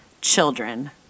children